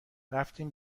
رفتیم